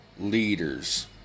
leaders